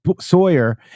Sawyer